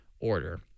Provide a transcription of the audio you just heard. order